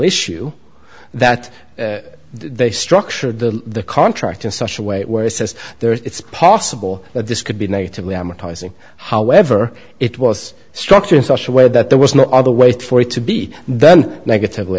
issue that they structured the contract in such a way where he says there is it's possible that this could be natively amortizing however it was structured in such a way that there was no other way for it to be then negatively